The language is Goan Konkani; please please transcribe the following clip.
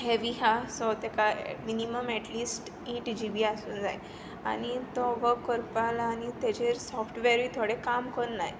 हॅव्वी आसा सो ताका minimum at least eight G B आसूंक जाय आनी तो वर्क करपाक आनी ताजेर सॉफ्टवॅर थोडे काम करनात